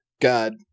God